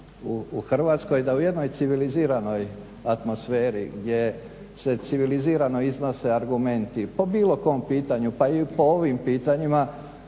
u Hrvatskoj da u jednoj civiliziranoj atmosferi gdje se civilizirano iznose argumenti po bilo kom pitanju pa i po ovim pitanjima